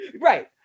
right